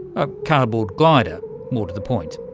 a cardboard glider more to the point.